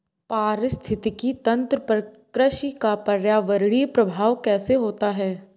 पारिस्थितिकी तंत्र पर कृषि का पर्यावरणीय प्रभाव कैसा होता है?